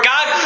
God